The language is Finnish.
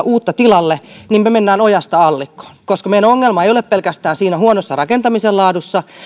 uutta tilalle me menemme ojasta allikkoon koska meidän ongelma ei ole pelkästään siinä huonossa rakentamisen laadussa